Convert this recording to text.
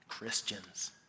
Christians